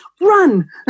run